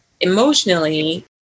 emotionally